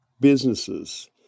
businesses